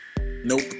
nope